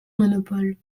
monopole